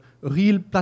real